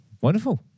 Wonderful